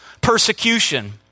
persecution